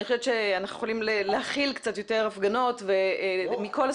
אני חושבת שאנחנו יכולים להכיל קצת יותר הפגנות מכל הסוגים ומכל המינים.